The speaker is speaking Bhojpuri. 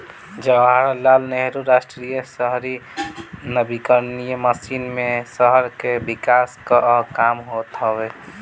जवाहरलाल नेहरू राष्ट्रीय शहरी नवीनीकरण मिशन मे शहर के विकास कअ काम होत हवे